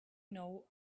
know